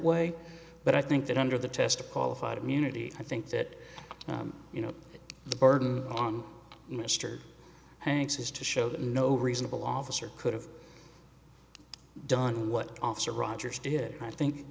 way but i think that under the test qualified immunity i think that you know the burden on mr hanks is to show that no reasonable officer could have done what officer rogers did i think